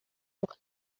doch